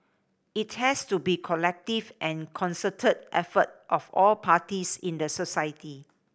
it has to be collective and concerted effort of all parties in the society